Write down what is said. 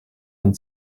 and